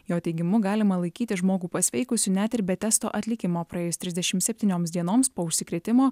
jo teigimu galima laikyti žmogų pasveikusiu net ir be testo atlikimo praėjus trisdešimt septynioms dienoms po užsikrėtimo